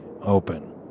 open